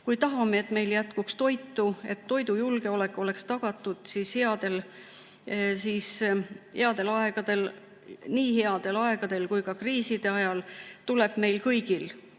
Kui tahame, et meil jätkuks toitu, et toidujulgeolek oleks tagatud nii headel aegadel kui ka kriiside ajal, tuleb meil kõigil,